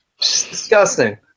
Disgusting